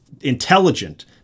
intelligent